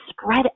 spread